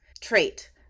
trait